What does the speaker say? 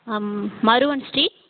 Maruvan street